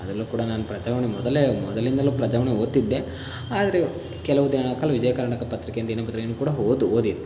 ಅದರಲ್ಲೂ ಕೂಡ ನಾನು ಪ್ರಜಾವಾಣಿ ಮೊದಲೇ ಮೊದಲಿಂದಲೂ ಪ್ರಜಾವಾಣಿ ಓದ್ತಿದ್ದೆ ಆದರೆ ಕೆಲವು ವಿಜಯ ಕರ್ನಾಟಕ ಪತ್ರಿಕೆ ದಿನ ಪತ್ರಿಕೆಯನ್ನು ಕೂಡ ಓದ್ ಓದಿದೆ